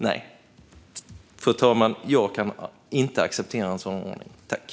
Nej. Jag kan inte acceptera en sådan ordning, fru talman.